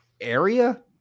Area